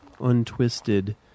untwisted